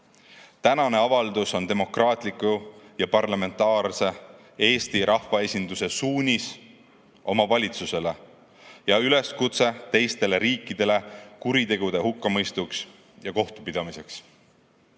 Tänane avaldus on demokraatliku ja parlamentaarse Eesti rahvaesinduse suunis oma valitsusele ja üleskutse teistele riikidele kuritegude hukkamõistuks ja kohtupidamiseks,